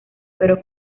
pero